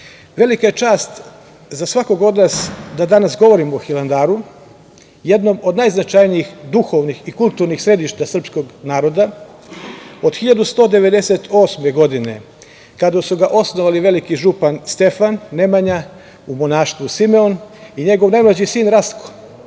je čast za svakog od nas da danas govorimo o Hilandaru, jednom od najznačajnijih duhovnih i kulturnih sedišta srpskog naroda. Od 1198. godine, kada su ga osnovali veliki župan Stefan Nemanja, u monaštvu Simeon, i njegov najmlađi sin Rastko,